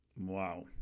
Wow